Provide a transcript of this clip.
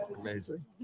Amazing